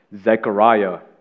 Zechariah